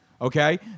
okay